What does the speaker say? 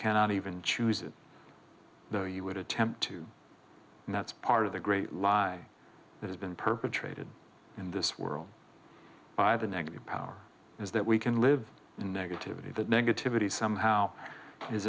cannot even choose it though you would attempt to and that's part of the great lie that has been perpetrated in this world by the negative power is that we can live in negativity that negativity somehow is